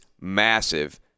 massive